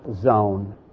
zone